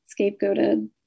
scapegoated